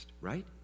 right